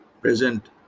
present